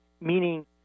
meaning